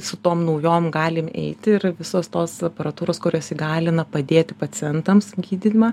su tom naujom galim eiti ir visos tos aparatūros kurios įgalina padėti pacientams gydymą